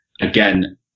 again